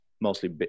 mostly